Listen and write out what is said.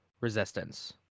resistance